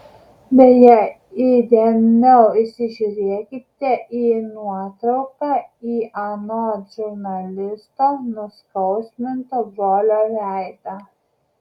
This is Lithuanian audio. beje įdėmiau įsižiūrėkite į nuotrauką į anot žurnalisto nuskausminto brolio veidą